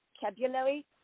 vocabulary